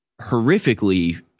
horrifically